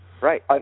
Right